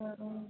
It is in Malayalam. ആ ആ